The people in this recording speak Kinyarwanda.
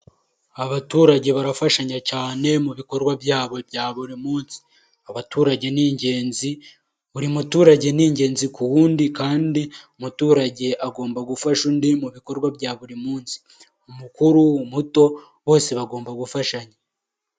Abaturage barafashanya cyane mu bikorwa byabo bya buri munsi, abaturage ni ingenzi buri muturage ni ingenzi ku wundi kandi umuturage agomba gufasha undi mu bikorwa bya buri munsi, umukuru umuto bose bagomba gufashanya